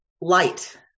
Light